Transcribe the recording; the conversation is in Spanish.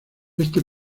este